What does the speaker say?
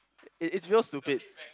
it is real stupid